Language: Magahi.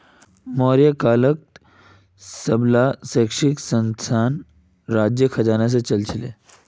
मौर्य कालत सबला शिक्षणसंस्थान राजार खजाना से चलअ छीले